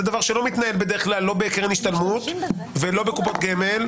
זה דבר שבדרך כלל לא מתנהל לא בקרן השתלמות ולא בקופות גמל,